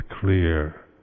clear